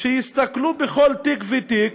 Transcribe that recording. שיסתכלו בכל תיק ותיק,